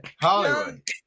Hollywood